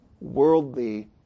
worldly